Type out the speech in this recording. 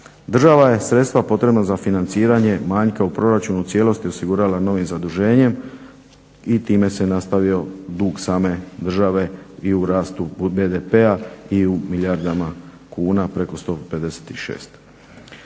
Država je sredstva potrebna za financiranje manjka u proračunu u cijelosti osigurala novim zaduženjem i time se nastavio dug same države i u rastu od BDP-a i u milijardama kuna preko 156.